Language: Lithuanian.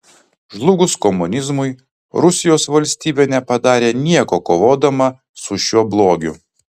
žlugus komunizmui rusijos valstybė nepadarė nieko kovodama su šiuo blogiu